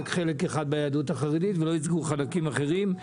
חלק אחד ביהדות החרדית ולא ייצגו חלקים אחרים.